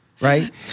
right